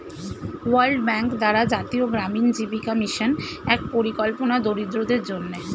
world Bank দ্বারা জাতীয় গ্রামীণ জীবিকা মিশন এক পরিকল্পনা দরিদ্রদের জন্যে